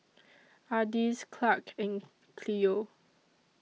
Ardis Clarke and Cleo